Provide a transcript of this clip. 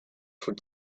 food